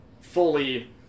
fully